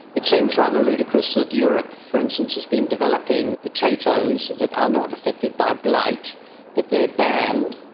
it seems rather ludicrous that europe, for instance, has been developing potatoes that are not affected by blight but they are banned,